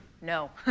no